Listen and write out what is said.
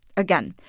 again,